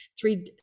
three